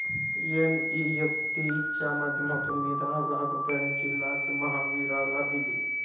NEFT च्या माध्यमातून मी दहा लाख रुपयांची लाच महावीरला दिली